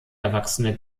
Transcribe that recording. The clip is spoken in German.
erwachsene